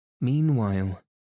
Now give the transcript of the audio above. Meanwhile